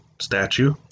statue